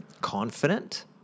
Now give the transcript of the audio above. confident